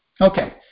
okay